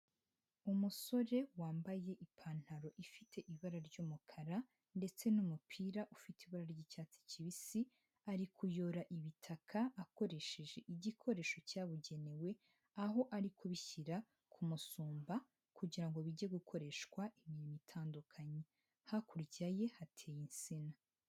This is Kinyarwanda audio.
Umusore wambaye ipantaro ifite ibara ry'umukara, ndetse n'umupira ufite ibara ry'icyatsi kibisi. Ari kuyora ibitaka, akoresheje igikoresho cyabugenewe. Aho ari kubishyira, ku musumba, kugirango bige gukoreshwa imirimo itandukanye. Hakurya ye hateye insina.